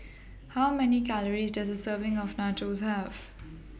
How Many Calories Does A Serving of Nachos Have